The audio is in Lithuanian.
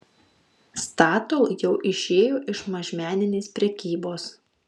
statoil jau išėjo iš mažmeninės prekybos